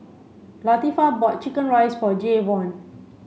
Latifah bought chicken rice for Jayvon